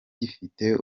gifite